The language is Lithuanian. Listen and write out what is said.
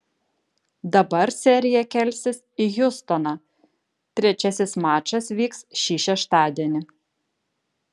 dabar serija kelsis į hjustoną trečiasis mačas vyks šį šeštadienį